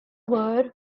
were